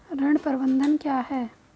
ऋण प्रबंधन क्या है?